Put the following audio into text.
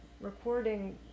recording